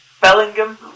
Bellingham